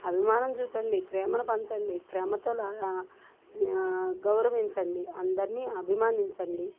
అభిమానం చూపండి ప్రేమను పంచండి ప్రేమతోలాగా గౌరవించండి అందరిని అభిమానించండి